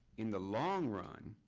in the long run,